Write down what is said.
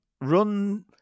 Run